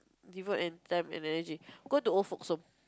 devote an time and energy go to old folks' home